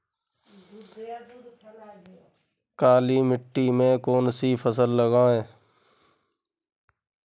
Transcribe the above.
काली मिट्टी में कौन सी फसल लगाएँ?